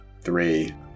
Three